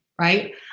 right